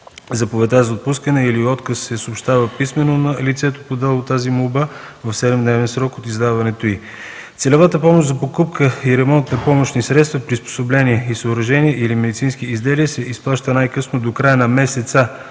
Заповедта за отпускане или отказ се съобщава писмено на лицето, подало тази молба, в седемдневен срок от издаването й. Целевата помощ за покупка и ремонт на помощни средства, приспособления и съоръжения или медицински изделия се изпраща най-късно до края на месеца,